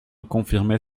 confirmer